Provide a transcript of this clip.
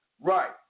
Right